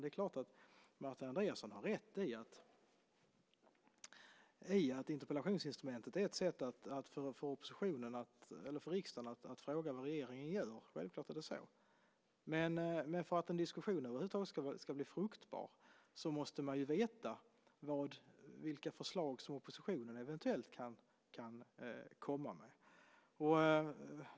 Det är klart att Martin Andreasson har rätt i att interpellationsinstrumentet är ett sätt för riksdagen att fråga vad regeringen gör. Självklart är det så. Men för att en diskussion över huvud taget ska bli fruktbar måste man veta vilka förslag som oppositionen eventuellt kan komma med.